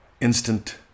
Instant